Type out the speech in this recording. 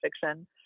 fiction